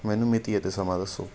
ਮੈਨੂੰ ਮਿਤੀ ਅਤੇ ਸਮਾਂ ਦੱਸੋ